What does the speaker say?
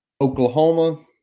Oklahoma